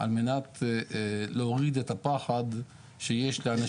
על מנת להוריד את הפחד שיש לאנשים.